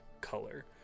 color